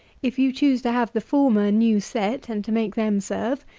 if you choose to have the former new set, and to make them serve,